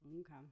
Okay